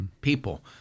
people